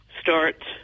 start